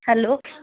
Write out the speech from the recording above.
hello